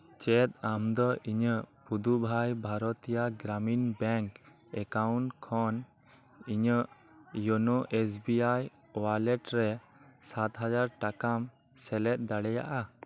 ᱪᱮᱫ ᱟᱢ ᱫᱚ ᱤᱧᱟᱜ ᱯᱩᱫᱩᱵᱷᱟᱭ ᱵᱷᱟᱨᱚᱛᱤᱭᱟ ᱜᱨᱟᱢᱤᱱ ᱵᱮᱝ ᱮᱠᱟᱣᱩᱱᱴ ᱠᱷᱚᱱ ᱤᱧᱟᱹᱜ YONO S B I wallet ᱨᱮ ᱥᱟᱛ ᱦᱟᱡᱟᱨ ᱴᱟᱠᱟᱢ ᱥᱮᱞᱮᱫ ᱫᱟᱲᱮᱭᱟᱜ ᱟ